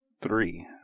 three